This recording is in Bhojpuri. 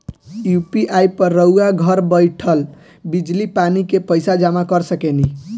यु.पी.आई पर रउआ घर बईठल बिजली, पानी के पइसा जामा कर सकेनी